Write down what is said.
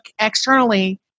externally